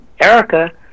Erica